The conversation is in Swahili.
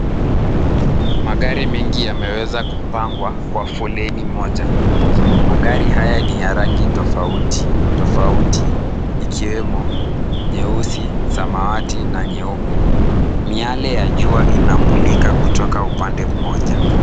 Magari mengi yameweza kupangwa kwa foleni moja. Magari haya ni ya rangi tofauti tofauti ikiwemo nyeusi, samawati na nyeupe. Miale ya jua inamulika kutoka upande mmoja.